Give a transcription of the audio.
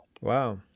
Wow